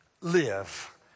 live